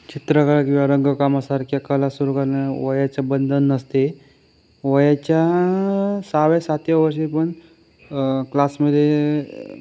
चित्रकाम किंवा रंगकामासारख्या कला सुरु करण्यास वयाचे बंधन नसते वयाच्या सहाव्या सातव्या वर्षी पण क्लासमध्ये